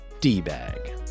D-Bag